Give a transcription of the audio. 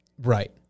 Right